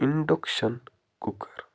induction cooker